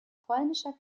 polnischer